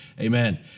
Amen